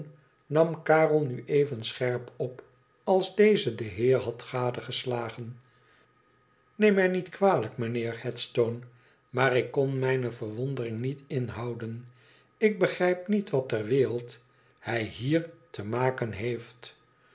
nam karel nu even scherp op als deze den heer had gadeslagen neem mij niet kwalijk mijnheer headstone maar ik kon mijne verwondering niet inhouden ik begrijp niet wat ter wereld hij hier te maken heeft